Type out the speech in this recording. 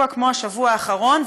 בשבוע כמו השבוע האחרון,